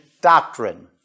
doctrine